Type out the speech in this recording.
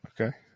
Okay